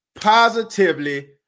positively